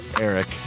Eric